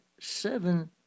seven